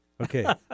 Okay